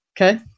Okay